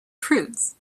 prudes